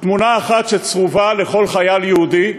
תמונה אחת שצרובה לכל חייל יהודי,